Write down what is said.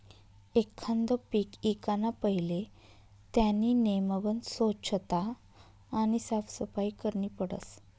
एखांद पीक ईकाना पहिले त्यानी नेमबन सोच्छता आणि साफसफाई करनी पडस